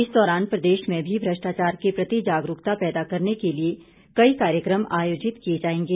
इस दौरान प्रदेश में भी भ्रष्टाचार के प्रति जागरूकता पैदा करने के लिए कई कार्यकम आयोजित किए जाएंगे